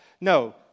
No